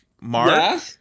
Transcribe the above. Mark